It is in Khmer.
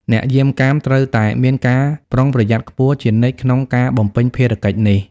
អ្នកយាមកាមត្រូវតែមានការប្រុងប្រយ័ត្នខ្ពស់ជានិច្ចក្នុងការបំពេញភារកិច្ចនេះ។